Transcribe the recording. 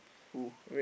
who